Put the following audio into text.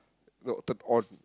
no turn-on